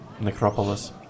necropolis